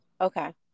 Okay